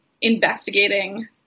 investigating